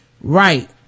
right